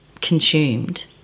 consumed